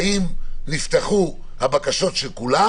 נפתחו הבקשות של כולם